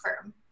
firm